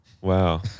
Wow